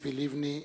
ציפי לבני,